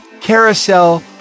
carousel